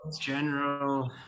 general